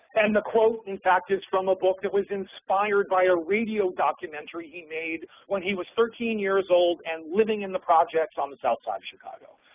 and the quote, in fact, is from a book that was inspired by a radio documentary he made when he was thirteen years old and living in the projects on the southside of chicago.